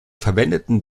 verwendeten